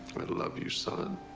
i love you, son.